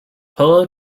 polo